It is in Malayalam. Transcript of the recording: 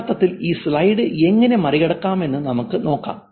യഥാർത്ഥത്തിൽ ഈ സ്ലൈഡ് എങ്ങനെ മറികടക്കാമെന്ന് നമുക്ക് നോക്കാം